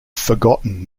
forgotten